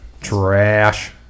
Trash